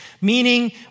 Meaning